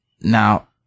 Now